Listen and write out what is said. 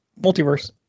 multiverse